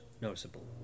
noticeable